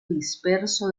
disperso